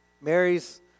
Mary's